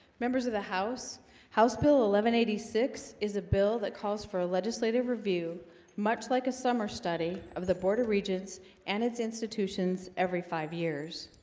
members of the house house bill eleven eighty six is a bill that calls for a legislative review much like a summer study of the board of regents and its institutions every five years